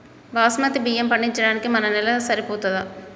బాస్మతి బియ్యం పండించడానికి మన నేల సరిపోతదా?